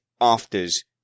afters